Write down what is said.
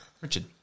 Richard